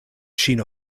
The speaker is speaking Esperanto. ŝin